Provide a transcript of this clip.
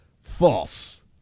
False